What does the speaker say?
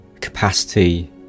capacity